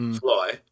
fly